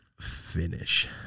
Finish